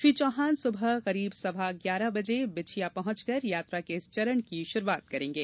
श्री चौहान सुबह करीब सवा ग्यारह बजे बिछिया पहंचकर यात्रा के इस चरण की शुरुआत करेंगे